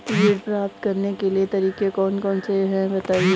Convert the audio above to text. ऋण प्राप्त करने के तरीके कौन कौन से हैं बताएँ?